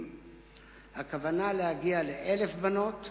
הכוונה להגיע ל-1,000 בנות,